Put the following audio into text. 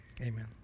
amen